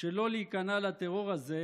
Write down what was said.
שלא להיכנע לטרור הזה,